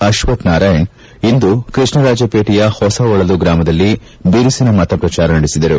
ಅಪ್ಪಥ್ ನಾರಾಯಣ್ ಇಂದು ಕೃಷ್ಣರಾಜಪೇಟೆಯ ಹೊಸಹೊಳಲು ಗ್ರಾಮದಲ್ಲಿ ಬಿರುಖನ ಮತಪ್ಪಚಾರ ನಡೆಸಿದರು